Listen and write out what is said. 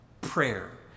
prayer